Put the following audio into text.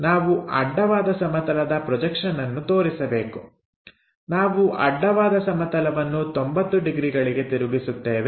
ನಾವು ಅಡ್ಡವಾದ ಸಮತಲದ ಪ್ರೊಜೆಕ್ಷನ್ಅನ್ನು ತೋರಿಸಬೇಕು ನಾವು ಅಡ್ಡವಾದ ಸಮತಲವನ್ನು 90ಡಿಗ್ರಿಗಳಿಗೆ ತಿರುಗಿಸುತ್ತೇವೆ